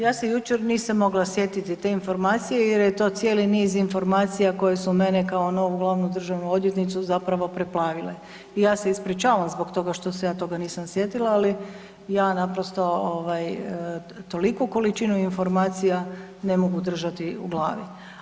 Ja se jučer nisam mogla sjetiti te informacije jer je to cijeli niz informacija koje su mene kao novu glavnu državnu odvjetnicu zapravo preplavile i ja se ispričavam zbog toga što se ja toga nisam sjetila, ali ja naprosto ovaj, toliku količinu informacija ne mogu držati u glavi.